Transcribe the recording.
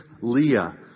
Leah